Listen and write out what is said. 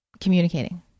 communicating